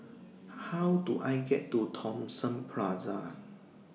How Do I get to Thomson Plaza